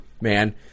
man